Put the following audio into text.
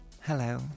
Hello